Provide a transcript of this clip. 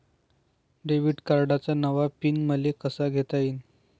Debit कार्डचा नवा PIN मले कसा घेता येईन?